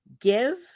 give